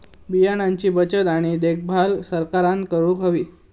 बियाणांची बचत आणि देखभाल सरकारना करूक हवी